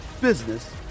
business